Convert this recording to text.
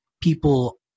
people